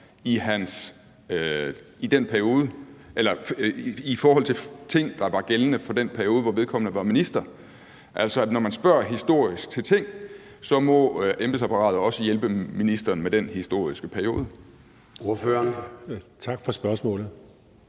i forhold til de ting, der var gældende for den periode, hvor vedkommende var minister. Altså, når man spørger historisk til nogle ting, må embedsapparatet også hjælpe ministeren med den historiske periode.